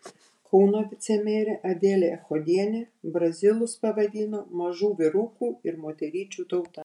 kauno vicemerė adelė echodienė brazilus pavadino mažų vyrukų ir moteryčių tauta